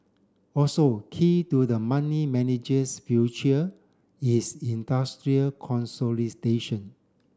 also key to the money manager's future is industry